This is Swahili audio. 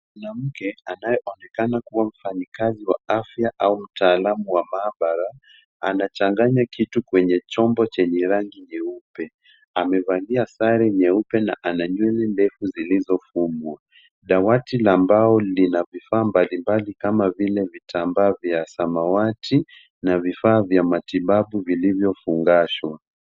Mwanamke anayeonekana kuwa mfanyi kazi wa afya au mtaalumu wa maabara anachanganya kitu kwenye chombo chenye rangi nyeupe. Amevalia sare nyeupe ana nywele ndefu zilizofumwa. Dawati la mbao lina vifaa mbali mbali kama vile vitambaa vya samawati na vifaa vya matibu vilivyofungashwa.